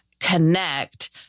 Connect